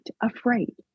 afraid